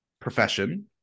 profession